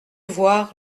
voir